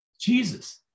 Jesus